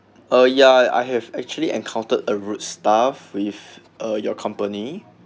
uh ya I have actually encountered a rude staff with uh your company